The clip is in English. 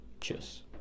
Cheers